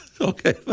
Okay